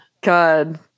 god